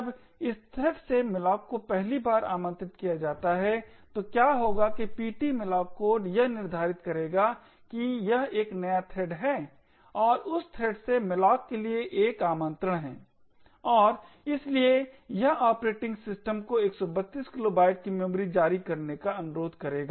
जब इस थ्रेड से malloc को पहली बार आमंत्रित किया जाता है तो क्या होगा कि ptmalloc कोड यह निर्धारित करेगा कि यह एक नया थ्रेड है और उस थ्रेड से malloc के लिए 1 आमंत्रण है और इसलिए यह ऑपरेटिंग सिस्टम को 132 किलोबाइट की मेमोरी जारी करने का अनुरोध करेगा